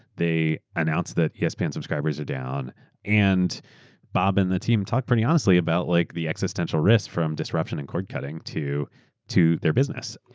they announce that yeah espn and subscribers are down and bob and the team talked pretty honestly about like the existential risks from disruption and cord cutting to to their business.